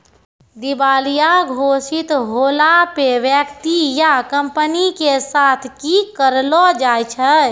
दिबालिया घोषित होला पे व्यक्ति या कंपनी के साथ कि करलो जाय छै?